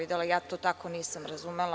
Ja to tako nisam razumela.